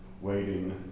waiting